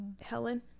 Helen